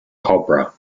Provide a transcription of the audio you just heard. cobra